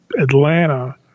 Atlanta